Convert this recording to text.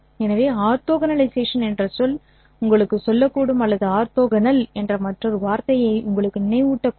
எனவே ஆர்த்தோகனலைசேஷன் என்ற சொல் உங்களுக்கு சொல்லக்கூடும் அல்லது ஆர்த்தோகனல் என்ற மற்றொரு வார்த்தையை உங்களுக்கு நினைவூட்டக்கூடும்